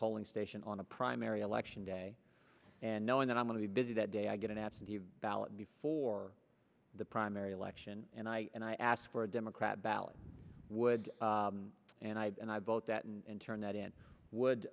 polling station on a primary election day and knowing that i'm going to be busy that day i get an absentee ballot before the primary election and i and i asked for a democrat ballot would and i and i both that and turn that in would